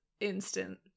instant